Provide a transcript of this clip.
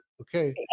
okay